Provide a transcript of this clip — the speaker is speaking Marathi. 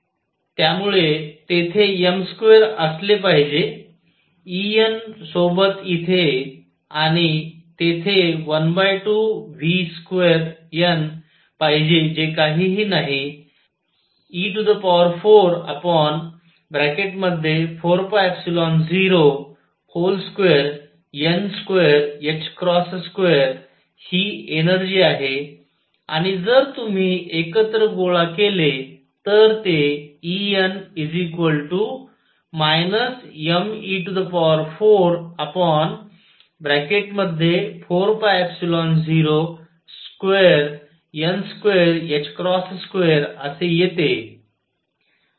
त्यामुळे तेथे m2असले पाहिजे En सोबत इथे आणि तेथे 12vn2 पाहिजे जे काहीही नाही e44π02n22 ही एनर्जी आहे आणि जर तुम्ही एकत्र गोळा केले तर ते En me44π02n22असे येते